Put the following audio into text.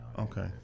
okay